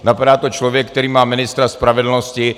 Napadá to člověk, který má ministra spravedlnosti.